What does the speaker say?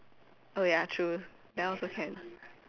oh ya true that one also can